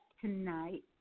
tonight